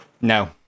No